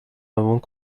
avons